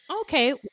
Okay